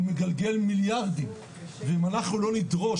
הוא מגלגל מיליארדים ואם אנחנו לא נדרוש,